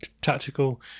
tactical